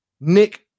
Nick